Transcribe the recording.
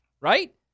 Right